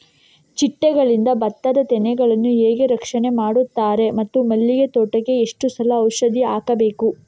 ಚಿಟ್ಟೆಗಳಿಂದ ಭತ್ತದ ತೆನೆಗಳನ್ನು ಹೇಗೆ ರಕ್ಷಣೆ ಮಾಡುತ್ತಾರೆ ಮತ್ತು ಮಲ್ಲಿಗೆ ತೋಟಕ್ಕೆ ಎಷ್ಟು ಸಲ ಔಷಧಿ ಹಾಕಬೇಕು?